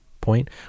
point